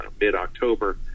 mid-october